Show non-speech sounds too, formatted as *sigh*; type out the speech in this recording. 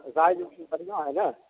*unintelligible* बढ़िआँ हइ ने